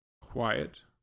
quiet